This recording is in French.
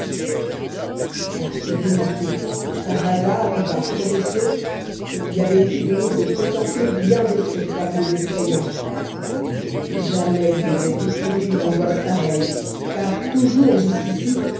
par curiosité par hasard ou par profession il lui avait été donné de contempler bien des spectacles effrayants jamais il n'avait éprouvé une angoisse pareille car toujours jusqu'ici